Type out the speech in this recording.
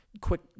quick